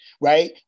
right